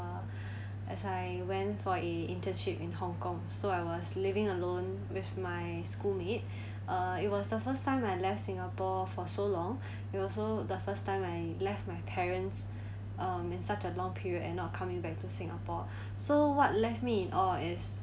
uh as I went for a internship in hong kong so I was living alone with my schoolmate uh it was the first time I left singapore for so long it also the first time I left my parents um in such a long period and not coming back to singapore so what left me in awe is